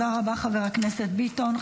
תודה רבה, חבר הכנסת ביטון.